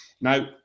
Now